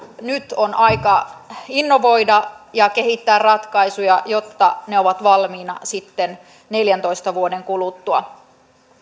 nyt on aika innovoida ja kehittää ratkaisuja jotta ne ovat valmiina sitten neljäntoista vuoden kuluttua